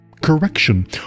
correction